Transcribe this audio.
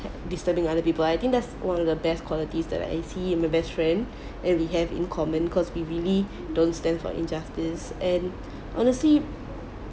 disturbing other people I think that's one of the best qualities that I see in my best friend and we have in common cause we really don't stand for injustice and honestly